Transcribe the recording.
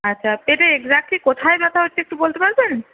আচ্ছা পেটের এক্স্যাক্টলি ব্যথা হচ্ছে একটু বলতে পারবেন